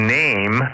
name